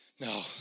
No